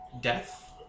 death